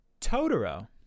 Totoro